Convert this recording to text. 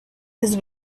his